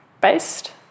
based